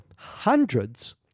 hundreds